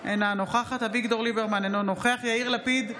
אינה נוכחת אביגדור ליברמן, אינו נוכח יאיר לפיד,